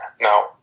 Now